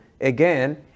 again